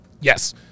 Yes